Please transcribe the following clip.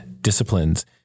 disciplines